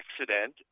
accident